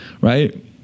right